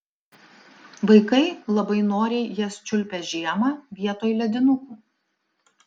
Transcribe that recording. vaikai labai noriai jas čiulpia žiemą vietoj ledinukų